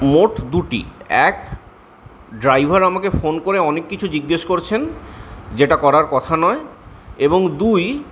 মোট দুটি এক ড্রাইভার আমাকে ফোন করে অনেক কিছু জিজ্ঞেস করছেন যেটা করার কথা নয় এবং দুই